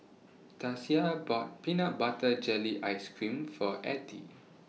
Tasia bought Peanut Butter Jelly Ice Cream For Ethie